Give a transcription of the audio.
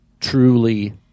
truly